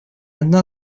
одна